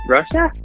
Russia